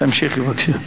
תמשיכי בבקשה.